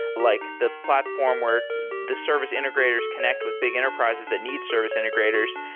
like the platform where the service integrators connect with big enterprises that need service integrators.